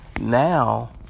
now